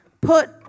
put